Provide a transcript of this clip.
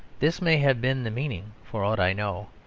this may have been the meaning, for aught i know,